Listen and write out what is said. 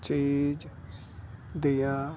ਚੀਜ਼ ਦੀਆਂ